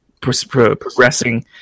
progressing